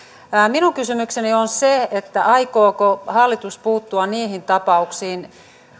minun kysymykseni on on aikooko hallitus puuttua niihin tapauksiin